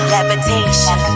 Levitation